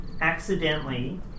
accidentally